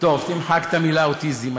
תמחק את המילה אוטיזם.